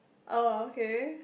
oh okay